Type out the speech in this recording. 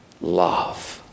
love